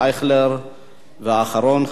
והאחרון, חבר הכנסת נסים זאב.